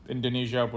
Indonesia